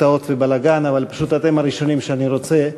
הפתעות ובלגן, אבל פשוט אתם הראשונים שאני רוצה,